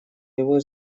его